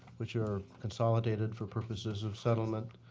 which are consolidated for purposes of settlement.